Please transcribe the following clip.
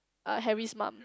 uh Harry's mum